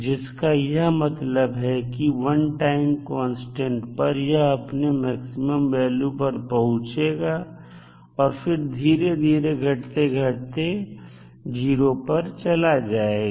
जिस का यह मतलब है कि 1 टाइम कांस्टेंट पर यह अपने मैक्सिमम वैल्यू पर पहुंचेगा और फिर धीरे धीरे घटते घटते 0 पर चला जाएगा